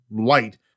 light